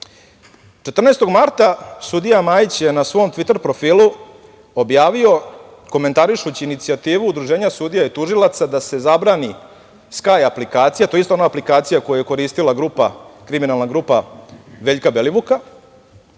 marta, sudija Majić je na svom Tviter profilu objavio, komentarišući inicijativu "Udruženje sudija i tužilaca", da se zabrani "Sky" aplikacija, to je isto ona aplikacija koju je koristila kriminalna grupa Veljka Belivuka,